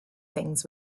things